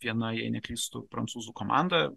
viena jei neklystu prancūzų komanda